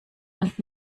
und